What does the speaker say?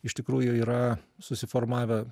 iš tikrųjų yra susiformavę